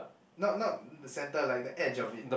not not the center like the edge of it